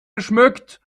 geschmückt